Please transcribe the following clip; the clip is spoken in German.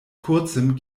kurzem